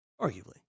Arguably